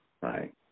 right